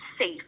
safe